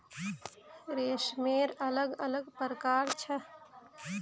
रेशमेर अलग अलग प्रकार छ